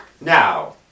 Now